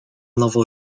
nowo